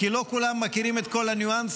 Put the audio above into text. כי לא כולם מכירים את כל הניואנסים.